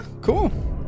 cool